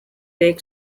lake